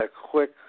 quick